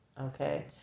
Okay